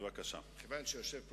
אדוני היושב-ראש,